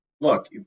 Look